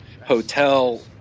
hotel